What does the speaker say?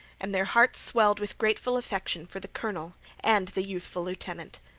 and their hearts swelled with grateful affection for the colonel and the youthful lieutenant.